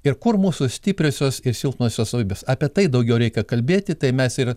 ir kur mūsų stipriosios ir silpnosios savybės apie tai daugiau reikia kalbėti tai mes ir